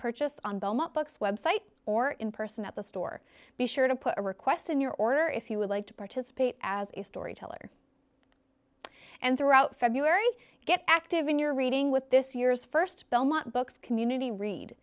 purchased on belmont books website or in person at the store be sure to put a request in your order if you would like to participate as a storyteller and throughout february get active in your reading with this year's st belmont books community read